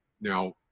Now